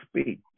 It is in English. speak